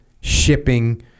shipping